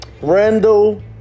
Randall